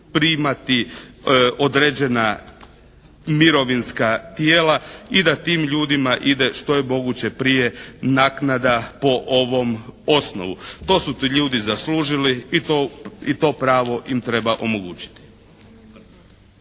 primati određena mirovinska tijela i da tim ljudima ide što je moguće prije naknada po ovom osnovu. To su ti ljudi zaslužili i to pravo im treba omogućiti.